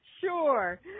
Sure